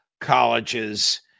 colleges